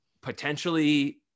potentially